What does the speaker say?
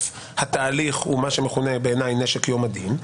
התהליך הוא מה שמכונה "נשק יום הדין",